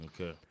Okay